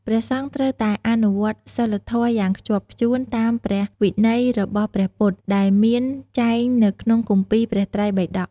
ព្រះសង្ឃត្រូវតែ អនុវត្តសីលធម៌ យ៉ាងខ្ជាប់ខ្ជួនតាម ព្រះវិន័យរបស់ព្រះពុទ្ធ ដែលមានចែងនៅក្នុងគម្ពីរព្រះត្រៃបិដក។